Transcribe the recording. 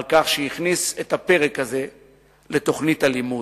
כך שהכניס את הפרק הזה לתוכנית הלימוד.